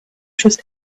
trust